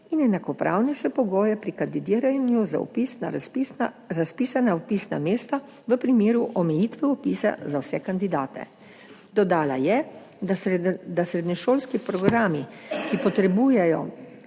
in enakopravnejše pogoje pri kandidiranju za vpis na razpisana vpisna mesta v primeru omejitve vpisa za vse kandidate. Dodala je, da srednješolski programi, ki potrebujejo